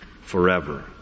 forever